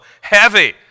heavy